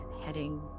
heading